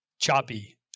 choppy